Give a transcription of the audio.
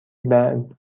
بعد